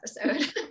episode